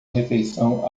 refeição